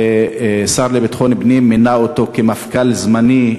שהשר לביטחון פנים מינה אותו למפכ"ל זמני,